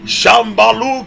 Shambalu